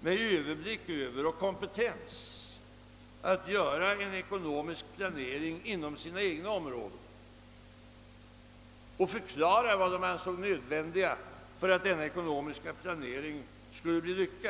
med överblick över och kom petens att göra en ekonomisk planering inom sina egna områden och förklara vad de ansåg nödvändigt för att denna ekonomiska planering skulle bli lyckad.